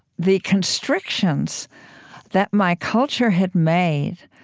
the constrictions that my culture had made